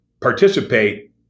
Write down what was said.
participate